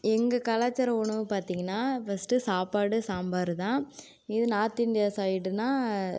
எங்கள் கலாச்சார உணவு பார்த்தீங்கன்னா ஃபஸ்ட்டு சாப்பாடு சாம்பார் தான் இது நார்த் இந்தியா சைடுன்னால்